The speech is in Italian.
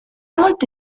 molto